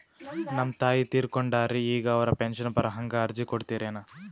ನಮ್ ತಾಯಿ ತೀರಕೊಂಡಾರ್ರಿ ಈಗ ಅವ್ರ ಪೆಂಶನ್ ಬರಹಂಗ ಅರ್ಜಿ ಕೊಡತೀರೆನು?